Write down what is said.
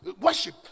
Worship